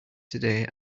today